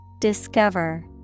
Discover